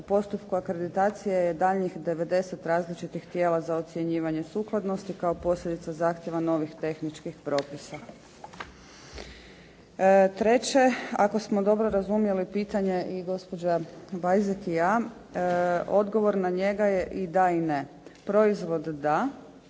U postupku akreditacije je daljnjih 90 različitih tijela za ocjenjivanje sukladnosti kao posljedica zahtjeva novih tehničkih propisa. Treće ako smo dobro razumjeli pitanje i gospođa Bajzek i ja, odgovor na njega je i da i ne. Proizvod da,